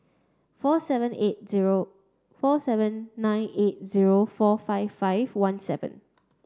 four seven eight zero four seven nine eight zero four five five one seven